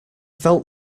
felt